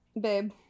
Babe